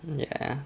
ya